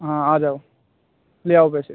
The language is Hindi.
हाँ आ जाओ ले आओ पैसे